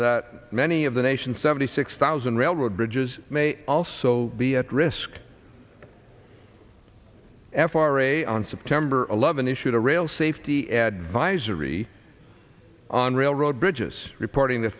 that many of the nation's seventy six thousand railroad bridges may also be at risk f r a on september eleventh issued a rail safety advisory on railroad bridge is reporting the